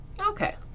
Okay